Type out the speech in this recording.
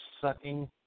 sucking